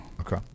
Okay